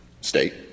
state